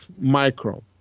micro